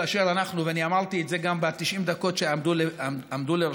ואני אמרתי את זה גם ב-90 הדקות שעמדו לרשותי,